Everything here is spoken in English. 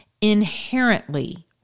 inherently